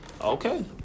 Okay